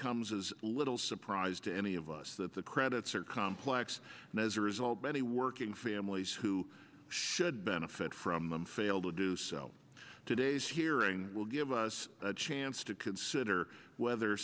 comes as little surprise to any of us that the credits are complex and as a result many working families who should benefit from them failed to do so today's hearing will give us a chance to consider whether